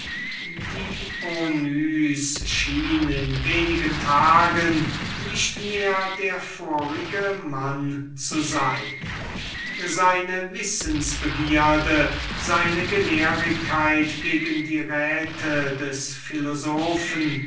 in wenigen tagen nicht mehr der vorige mann seine wissens-begierde seine gelehrigkeit gegen die räte des philosophen